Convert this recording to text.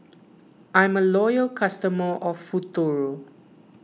I'm a loyal customer of Futuro